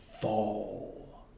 fall